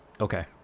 Okay